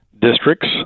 districts